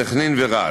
סח'נין ורהט.